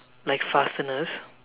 like fasteners